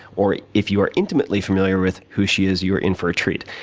or if you are intimately familiar with who she is, you're in for a treat.